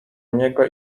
niego